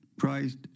christ